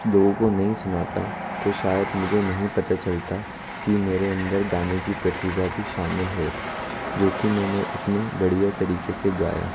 लोगों को नहीं सुनाता तो शायद मुझे नहीं पता चलता कि मेरे अंदर गाने की प्रतिभा भी शामिल है जो कि मैंने इतने बढ़िया तरीके से गाया